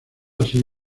así